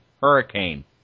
hurricane